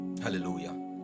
Hallelujah